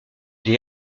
des